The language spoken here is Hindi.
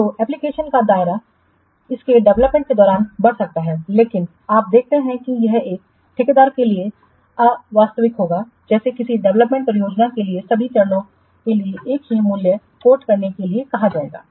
तो एप्लीकेशन का यह दायरा इसके डेवलपमेंट के दौरान बढ़ सकता है लेकिन आप देखते हैं कि यह एक ठेकेदार के लिए अवास्तविक होगा जिसे किसी डेवलपमेंट परियोजना के सभी चरणों के लिए एक ही मूल्य उद्धृत करने के लिए कहा जाएगा